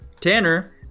Tanner